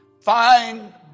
Fine